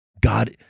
God